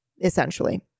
essentially